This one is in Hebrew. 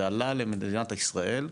זה עלה למדינת ישראל,